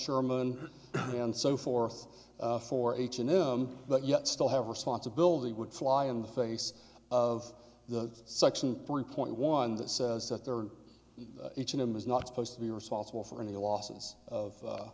sherman and so forth for h and m but yet still have responsibility would fly in the face of the section three point one that says that there are each of them is not supposed to be responsible for any losses of